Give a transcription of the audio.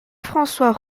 francois